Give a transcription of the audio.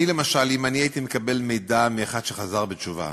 אני, למשל, אם הייתי מקבל מידע מאחד שחזר בתשובה